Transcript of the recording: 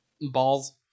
balls